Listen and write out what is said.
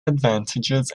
advantages